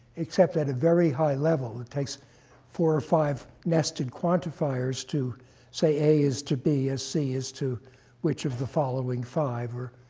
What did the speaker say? except at a very high level. it takes four or five nested quantifiers to say, a is to b as c is to which of the following five. so